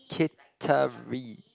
Kittery